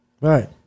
Right